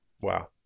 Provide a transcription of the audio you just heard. wow